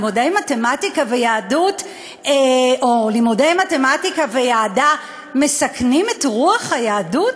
לימודי מתמטיקה ויהדות או לימודי מתמטיקה ומדע מסכנים את רוח היהדות?